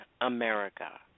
America